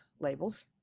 labels